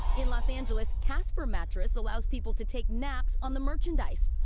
in los angeles, casper mattress allows people to take naps on the merchandise.